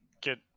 get